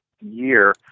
year